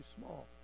small